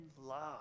love